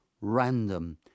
random